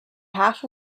half